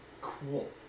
Cool